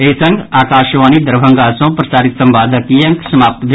एहि संग आकाशवाणी दरभंगा सँ प्रसारित संवादक ई अंक समाप्त भेल